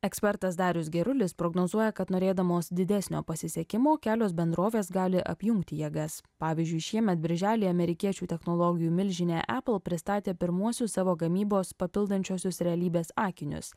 ekspertas darius gerulis prognozuoja kad norėdamos didesnio pasisekimo kelios bendrovės gali apjungti jėgas pavyzdžiui šiemet birželį amerikiečių technologijų milžinė apple pristatė pirmuosius savo gamybos papildančiosios realybės akinius